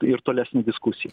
ir tolesnę diskusiją